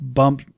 bump